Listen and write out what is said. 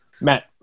Matt